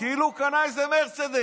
כאילו הוא קנה איזה מרצדס.